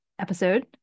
episode